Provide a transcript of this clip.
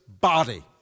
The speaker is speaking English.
body